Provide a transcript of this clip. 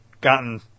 gotten